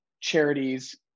charities